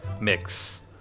mix